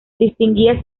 distinguía